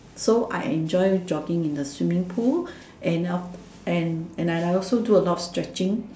so I enjoy jogging in the swimming pool and I and I also do a lot stretching